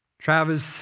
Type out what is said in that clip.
Travis